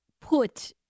put